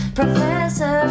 professor